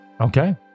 Okay